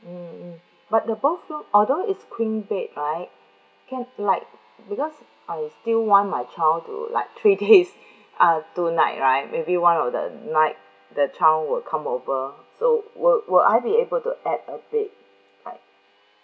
mm mm but the both room although it's queen bed right cause like because I still want my child to like three days uh two night right maybe one of the night the child will come over so will will I be able to add a bed like